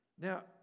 Now